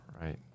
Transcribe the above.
right